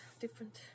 different